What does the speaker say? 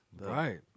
Right